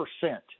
percent